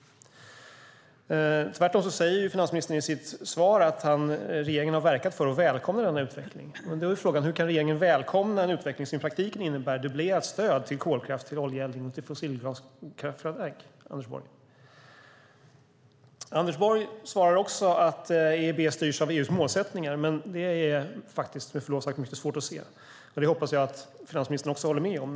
Tvärtom säger finansministern i sitt svar att regeringen har verkat för och välkomnar denna utveckling. Med då är frågan: Hur kan regeringen välkomna en utveckling som i praktiken innebär ett dubblerat stöd till kolkraft, oljeeldning och fossilgaskraftverk? Anders Borg svarar också att EIB styrs av EU:s målsättningar, men det är med förlov sagt mycket svårt att se. Jag hoppas att finansministern också håller med om det.